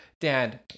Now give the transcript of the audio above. Dad